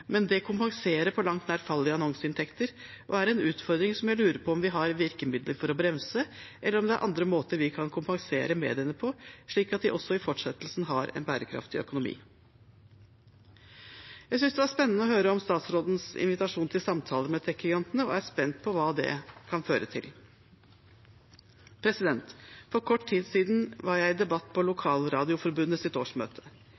men det kompenserer på langt nær fall i annonseinntekter, og er en utfordring som jeg lurer på om vi har virkemidler for å bremse, eller om det er andre måter vi kan kompensere mediene på, slik at de også i fortsettelsen har en bærekraftig økonomi. Jeg synes det var spennende å høre om statsrådens invitasjon til samtaler med tech-gigantene, og er spent på hva det kan føre til. For kort tid siden var jeg i debatt på